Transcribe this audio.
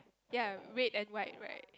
ya red and white right